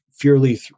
purely